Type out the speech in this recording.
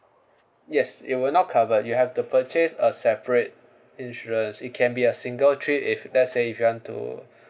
yes it will not cover you have to purchase a separate insurance it can be a single trip if let's say if you want to